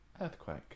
earthquake